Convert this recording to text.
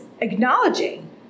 acknowledging